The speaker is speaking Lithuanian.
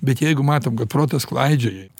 bet jeigu matom kad protas klaidžioja